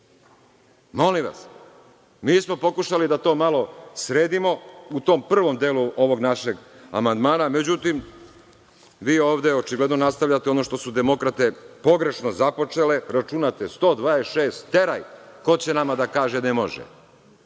vas, mi smo pokušali da to malo sredimo u tom prvom delu ovog našeg amandmana, međutim, vi ovde očigledno nastavljate ono što su demokrate pogrešno započele. Računate 126, teraj, ko će nama da kaže ne